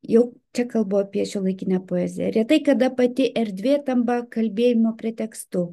jau čia kalbu apie šiuolaikinę poeziją retai kada pati erdvė tampa kalbėjimo pretekstu